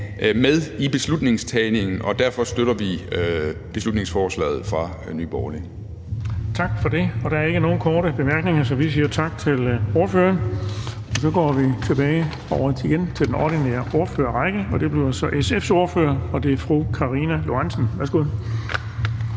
med i beslutningstagningen, og derfor støtter vi beslutningsforslaget fra Nye Borgerlige. Kl. 17:20 Den fg. formand (Erling Bonnesen): Tak for det. Der er ikke nogen korte bemærkninger, så vi siger tak til ordføreren. Nu går vi tilbage til den ordinære ordførerrække. Først er det SF's ordfører, og det er fru Karina Lorentzen